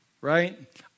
Right